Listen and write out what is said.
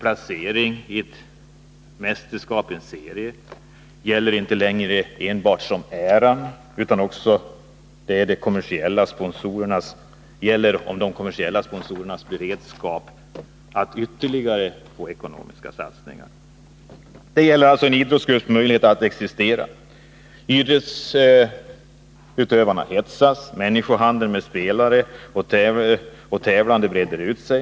Placeringen i ett mästerskap eller en serie gäller inte längre enbart äran utan också de kommersiella sponsorernas beredskap till ytterligare ekonomiska satsningar. Det kan alltså gälla en idrottsklubbs möjligheter att existera. Idrottsutövarna hetsas. Människohandeln med spelare och tävlande breder ut sig.